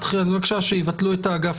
בבקשה, שיבטלו את האגף